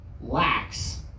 lax